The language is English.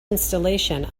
installation